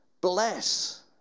bless